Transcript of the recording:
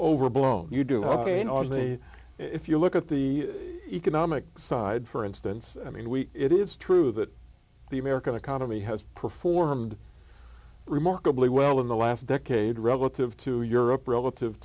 overblown you do ok in all of the if you look at the economic side for instance i mean we it is true that the american economy has performed remarkably well in the last decade relative to europe relative